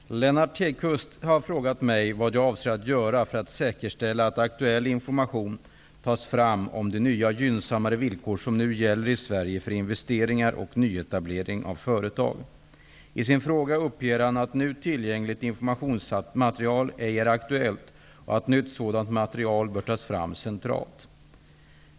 Herr talman! Lennart Hedquist har frågat mig vad jag avser att göra för att säkerställa att aktuell information tas fram om de nya gynnsammare villkor som nu gäller i Sverige för investeringar och nyetablering av företag. I sin fråga uppger han att nu tillgängligt informationsmaterial ej är aktuellt och att nytt sådant material bör tas fram centralt.